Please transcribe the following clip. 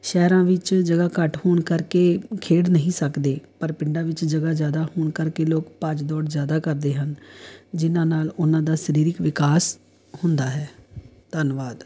ਸ਼ਹਿਰਾਂ ਵਿੱਚ ਜਗ੍ਹਾ ਘੱਟ ਹੋਣ ਕਰਕੇ ਖੇਡ ਨਹੀਂ ਸਕਦੇ ਪਰ ਪਿੰਡਾਂ ਵਿੱਚ ਜਗ੍ਹਾ ਜ਼ਿਆਦਾ ਹੋਣ ਕਰਕੇ ਲੋਕ ਭੱਜ ਦੌੜ ਜ਼ਿਆਦਾ ਕਰਦੇ ਹਨ ਜਿਨ੍ਹਾਂ ਨਾਲ ਉਹਨਾਂ ਦਾ ਸਰੀਰਕ ਵਿਕਾਸ ਹੁੰਦਾ ਹੈ ਧੰਨਵਾਦ